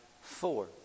four